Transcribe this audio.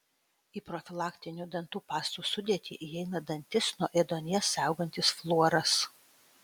į profilaktinių dantų pastų sudėtį įeina dantis nuo ėduonies saugantis fluoras